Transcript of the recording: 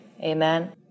Amen